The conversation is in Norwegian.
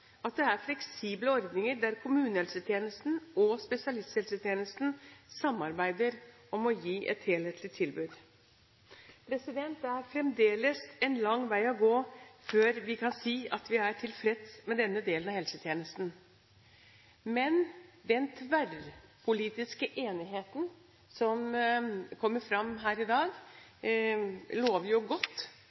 at det er fleksible ordninger der kommunehelsetjenesten og spesialisthelsetjenesten samarbeider om å gi et helhetlig tilbud. Det er fremdeles en lang vei å gå før vi kan si at vi er tilfreds med denne delen av helsetjenesten. Den tverrpolitiske enigheten som kommer fram her i dag, lover godt.